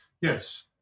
yes